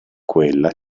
quella